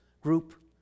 group